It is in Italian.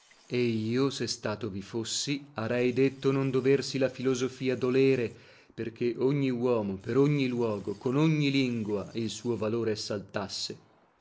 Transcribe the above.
e io se stato vi fossi arei detto non doversi la filosofia dolere perché ogni uomo per ogni luogo con ogni lingua il suo valore essaltasse